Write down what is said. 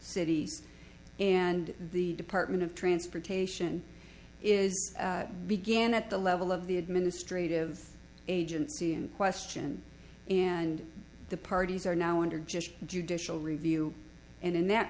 cities and the department of transportation is began at the level of the administrative agency in question and the parties are now under just judicial review and in that